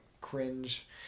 cringe